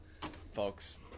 folks